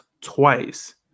twice